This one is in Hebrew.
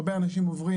הרבה אנשים עוברים,